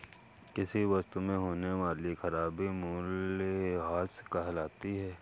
किसी वस्तु में होने वाली खराबी मूल्यह्रास कहलाती है